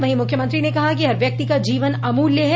वहीं मुख्यमंत्री ने कहा कि हर व्यक्ति का जीवन अमूल्य है